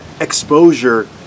exposure